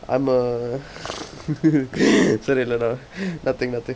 I'm a சரி இல்லடா:sari illada nothing nothing